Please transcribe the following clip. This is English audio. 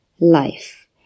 life